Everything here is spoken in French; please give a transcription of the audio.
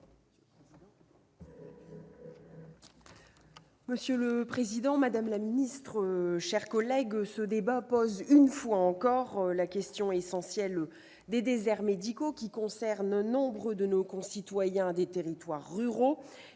Monsieur le président, madame la secrétaire d'État, chers collègues, ce débat soulève, une fois encore, la question essentielle des déserts médicaux qui concerne nombre de nos concitoyens des territoires ruraux